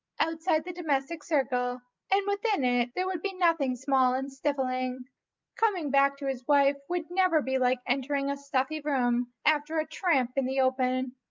outside the domestic circle and within it there would be nothing small and stifling coming back to his wife would never be like entering a stuffy room after a tramp in the open.